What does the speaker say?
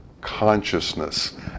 consciousness